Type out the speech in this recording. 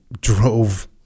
drove